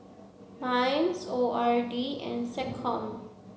MINDS O R D and SecCom